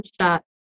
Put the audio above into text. shot